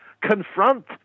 confront